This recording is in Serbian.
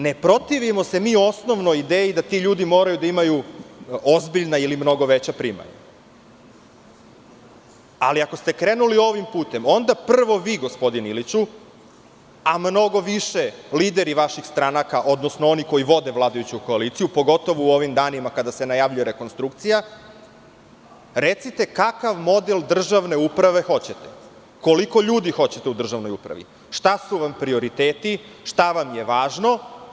Ne protivimo se mi osnovnoj ideji da ti ljudi moraju da imaju ozbiljna ili mnogo veća primanja, ali ako ste krenuli ovim putem, onda prvo vi, gospodine Iliću, a mnogo više lideri vaših stranaka, odnosno oni koji vode vladajuću koaliciju, pogotovo u ovim danima kada se najavljuje rekonstrukcija, recite kakav model državne uprave hoćete, koliko ljudi hoćete u državnoj upravi, šta su vam prioriteti, šta vam je važno.